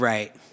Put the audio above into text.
Right